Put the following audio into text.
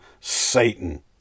satan